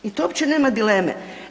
I to uopće nema dileme.